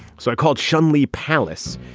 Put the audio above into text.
so i called shanley palace.